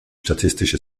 statistische